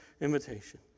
invitation